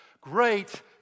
Great